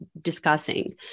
discussing